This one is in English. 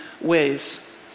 ways